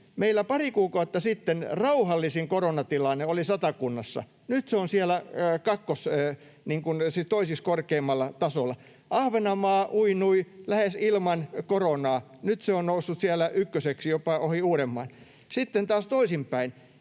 pari kuukautta sitten rauhallisin koronatilanne oli Satakunnassa, nyt se on siellä toiseksi korkeimmalla tasolla. Ahvenanmaa uinui lähes ilman koronaa, nyt se on noussut siellä ykköseksi, jopa ohi Uudenmaan. Sitten taas toisinpäin: